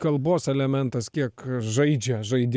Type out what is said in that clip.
kalbos elementas kiek žaidžia žaidi